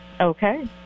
Okay